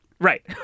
Right